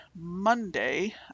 monday